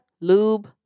lube